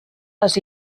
les